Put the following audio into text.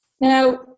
Now